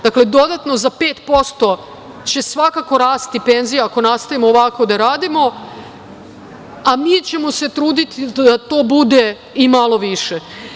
Dakle, dodatno za 5% će svakako rasti penzije ako nastavimo ovako da radimo, a mi ćemo se truditi da to bude i malo više.